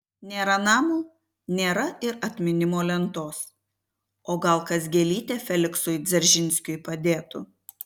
nėra namo nėra ir atminimo lentos o gal kas gėlytę feliksui dzeržinskiui padėtų